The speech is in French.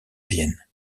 vienne